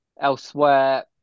Elsewhere